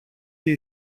και